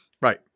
Right